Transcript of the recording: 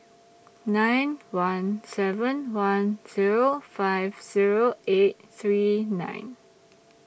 nine one seven one Zero five Zero eight three nine